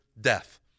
Death